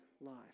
life